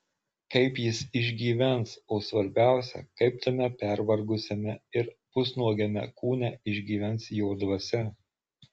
kaip jis išgyvens o svarbiausia kaip tame pervargusiame ir pusnuogiame kūne išgyvens jo dvasia